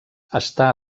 està